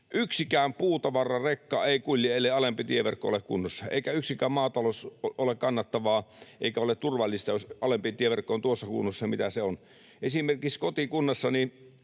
Yksikään puutavararekka ei kulje, ellei alempi tieverkko ole kunnossa, eikä maatalous ole kannattavaa eikä ole turvallista, jos alempi tieverkko on tuossa kunnossa kuin se on. Esimerkiksi kotikunnassani